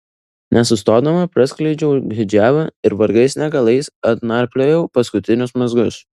nesustodama praskleidžiau hidžabą ir vargais negalais atnarpliojau paskutinius mazgus